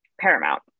paramount